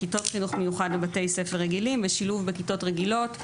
כיתות חינוך מיוחד בבתי ספר רגילים ושילוב בכיתות רגילות,